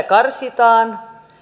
karsitaan